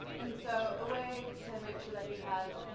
and so a way to make sure that you have,